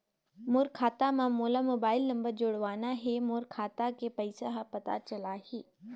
मोर खाता मां मोला मोबाइल नंबर जोड़वाना हे मोर खाता के पइसा ह पता चलाही?